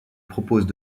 proposent